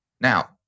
Now